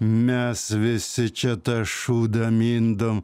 mes visi čia tą šūdą mindom